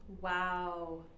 Wow